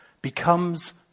becomes